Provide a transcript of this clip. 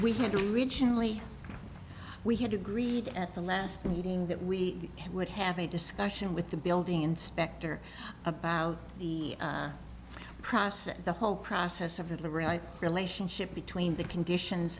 we had originally we had agreed at the last meeting that we would have a discussion with the building inspector about the process the whole process of the real relationship between the conditions